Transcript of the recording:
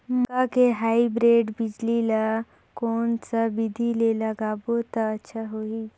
मक्का के हाईब्रिड बिजली ल कोन सा बिधी ले लगाबो त अच्छा होहि?